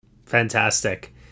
Fantastic